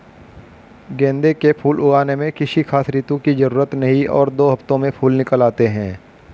गेंदे के फूल उगाने में किसी खास ऋतू की जरूरत नहीं और दो हफ्तों में फूल निकल आते हैं